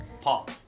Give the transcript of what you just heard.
Pause